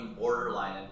borderline